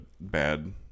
bad